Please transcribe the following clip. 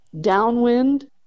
downwind